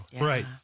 Right